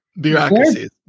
Bureaucracies